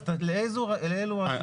אז לאילו רשויות?